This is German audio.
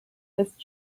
ist